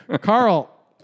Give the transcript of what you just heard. Carl